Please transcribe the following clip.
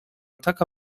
taka